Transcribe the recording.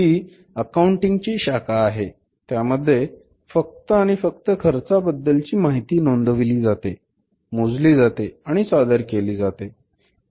ही accounting ची शाखा आहे त्यामध्ये फक्त आणि फक्त खर्चा बद्दलची माहिती नोंदविली जाते मोजली जाते आणि सादर केली जाते